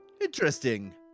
Interesting